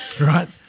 Right